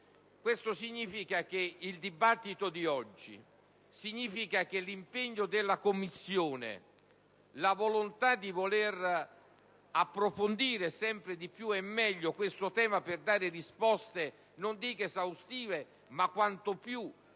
Questo significa che il dibattito di oggi, l'impegno della Commissione, la volontà di approfondire sempre di più e meglio questo tema per dare risposte, non dico esaustive, ma quanto più necessarie